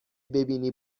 ببینی